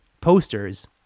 posters